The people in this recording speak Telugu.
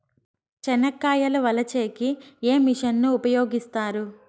చెనక్కాయలు వలచే కి ఏ మిషన్ ను ఉపయోగిస్తారు?